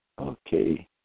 Okay